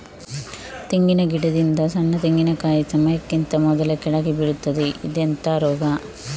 ತೆಂಗಿನ ಗಿಡದಿಂದ ಸಣ್ಣ ತೆಂಗಿನಕಾಯಿ ಸಮಯಕ್ಕಿಂತ ಮೊದಲೇ ಕೆಳಗೆ ಬೀಳುತ್ತದೆ ಇದೆಂತ ರೋಗ?